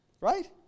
Right